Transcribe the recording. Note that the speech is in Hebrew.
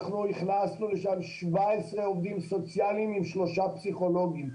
אנחנו הכנסנו לשם 17 עובדים סוציאליים עם שלושה פסיכולוגים.